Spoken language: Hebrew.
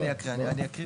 אני אקריא, אני אקריא